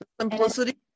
simplicity